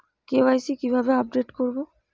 KYC কিভাবে update করব?